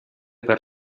per